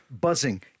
buzzing